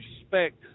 respect